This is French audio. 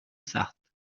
sarthe